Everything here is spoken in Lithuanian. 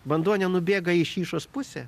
vanduo nenubėga į šyšos pusę